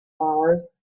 flowers